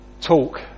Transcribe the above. talk